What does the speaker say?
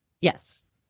Yes